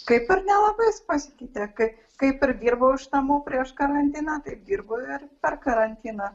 kaip ir nelabai jis pasikeitė kai kaip ir dirbau iš namų prieš karantiną taip dirbu ir per karantiną